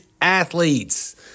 Athletes